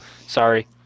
Sorry